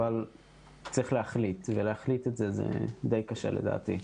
אבל צריך להחליט, ולהחליט זה די קשה לדעתי.